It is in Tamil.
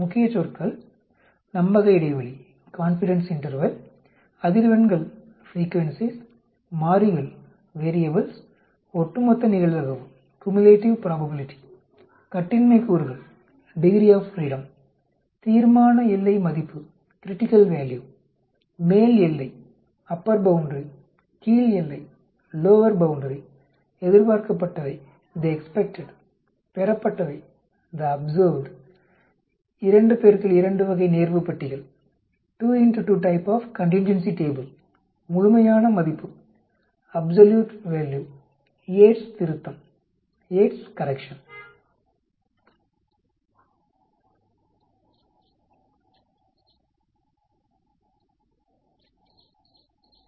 முக்கிய சொற்கள் நம்பக இடைவெளி அதிர்வெண்கள் மாறிகள் ஒட்டுமொத்த நிகழ்தகவு கட்டின்மை கூறுகள் தீர்மான எல்லை மதிப்பு மேல் எல்லை கீழ் எல்லை எதிர்பார்க்கப்பட்டவை பெறப்பட்டவை 2x2 வகை நேர்வு பட்டியல் முழுமையான மதிப்பு யேட்ஸ் திருத்தம் Yate's correction